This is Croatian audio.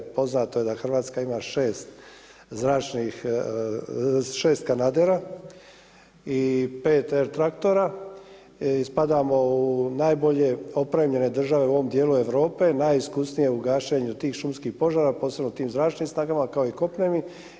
Poznato je da Hrvatska ima 6 zračnih, 6 kanadera i 5R traktora i da spadamo u najbolje opremljene države u ovom dijelu Europe, najiskusnije u gašenju tih šumskih požara, posebno tim zračnim snagama kao i kopnenim.